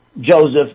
Joseph